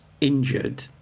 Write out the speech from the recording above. injured